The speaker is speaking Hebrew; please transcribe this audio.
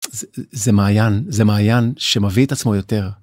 זה מעיין זה מעיין שמביא את עצמו יותר.